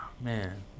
Man